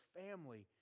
family